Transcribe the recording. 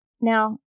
Now